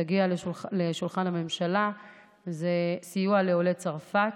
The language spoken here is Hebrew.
שתגיע לשולחן הממשלה זה סיוע לעולי צרפת.